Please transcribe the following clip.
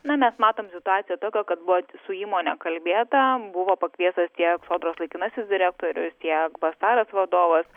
na mes matom situaciją tokią kad buvo su įmone kalbėta buvo pakviestas tiek sodros laikinasis direktorius tiek bastaras vadovas